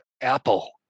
Apple